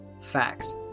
facts